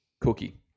Cookie